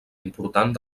important